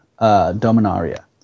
dominaria